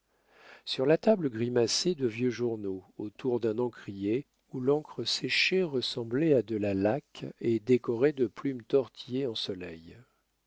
sur la table grimaçaient de vieux journaux autour d'un encrier où l'encre séchée ressemblait à de la laque et décoré de plumes tortillées en soleils